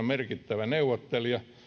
merkittävä neuvottelija